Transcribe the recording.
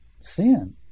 sin